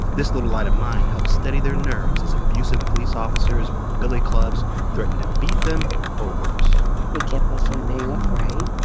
this little light of mine helped steady their nerves as abusive police officers with billy clubs threatened to beat them or worse it kept us from and being afraid.